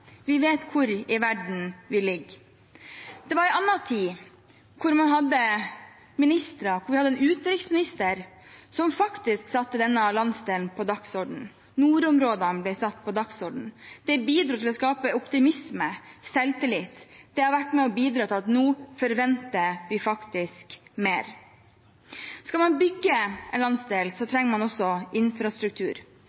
Vi vet hvor i verden vi ligger. Det var en tid man hadde bl.a. en utenriksminister som satte denne landsdelen på dagsordenen – nordområdene ble satt på dagsordenen. Det bidro til å skape optimisme og selvtillit. Det har vært med på å bidra til at vi nå faktisk forventer mer. Skal man bygge en landsdel,